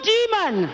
demon